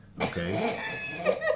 okay